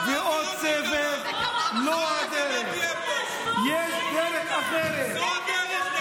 איך אתה יכול להשוות?